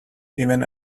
even